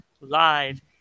live